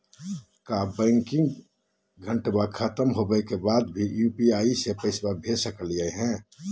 का बैंकिंग घंटा खत्म होवे के बाद भी यू.पी.आई से पैसा भेज सकली हे?